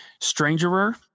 strangerer